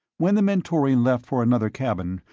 when the mentorian left for another cabin,